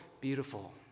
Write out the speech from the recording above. beautiful